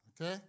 Okay